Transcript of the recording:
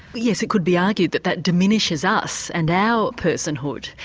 but yes, it could be argued that the diminishes us and our personhood,